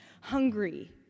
hungry